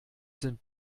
sind